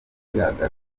yagarutse